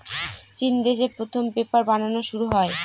চিন দেশে প্রথম পেপার বানানো শুরু হয়